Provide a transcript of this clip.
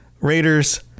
Raiders